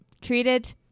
treated